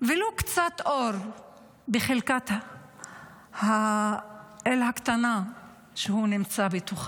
ולו קצת אור בחלקת האל הקטנה שהוא נמצא בה.